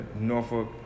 Norfolk